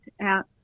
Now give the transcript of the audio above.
out